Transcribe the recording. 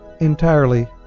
entirely